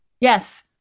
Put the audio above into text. Yes